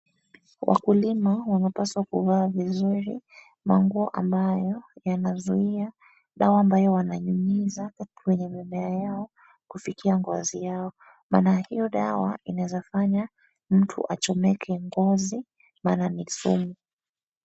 Wakulima wapaswa kuvaa vizuri manguo ambayo yanazuia dawa ambayo wananyunyiza huku kwenye mimea yao kufikia ngozi yao maana hiyo dawa inaweza fanya mtu achomeke ngozi maana ni sumu.